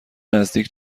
نزدیک